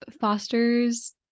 fosters